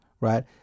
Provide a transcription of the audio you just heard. right